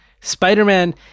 Spider-Man